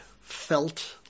felt